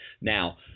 Now